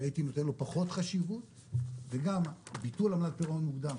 שהייתי נותן לו פחות חשיבות וגם ביטול עמלת פירעון מוקדם,